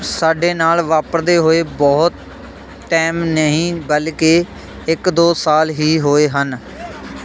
ਸਾਡੇ ਨਾਲ਼ ਵਾਪਰਦੇ ਹੋਏ ਬਹੁਤ ਟਾਇਮ ਨਹੀਂ ਬਲਕਿ ਇੱਕ ਦੋ ਸਾਲ ਹੀ ਹੋਏ ਹਨ